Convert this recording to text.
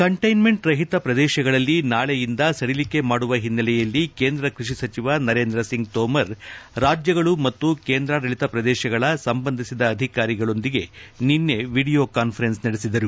containment ರಹಿತ ಪ್ರದೇಶಗಳಲ್ಲಿ ನಾಳೆಯಿಂದ ಸಡಿಲಿಕೆ ಮಾಡುವ ಹಿನ್ನೆಲೆಯಲ್ಲಿ ಕೇಂದ್ರ ಕೃಷಿ ಸಚಿವ ನರೇಂದ್ರ ಸಿಂಗ್ ತೋಮರ್ ರಾಜ್ಯಗಳು ಮತ್ತು ಕೇಂದ್ರಾಡಳಿತ ಪ್ರದೇಶಗಳ ಸಂಬಂಧಸಿದ ಅಧಿಕಾರಿಗಳೊಂದಿಗೆ ನಿನ್ನೆ ವಿಡಿಯೋ ಕಾನ್ಸರೆನ್ಸ್ ನಡೆಸಿದರು